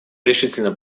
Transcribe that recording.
решительно